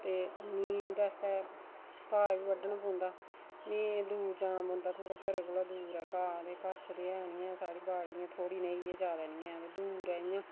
ते मिकी इं'दे आस्तै घाह् बी बड्ढना पौंदा में दूर जाना पौंदा थोह्ड़ा घरा कोला दूर ऐ घाह् ते कश ते ऐ नी ऐ साढ़ी बाड़ी थोह्ड़ी नेही ऐ ज्यादा नी ऐ ते दूर ऐ इ'यां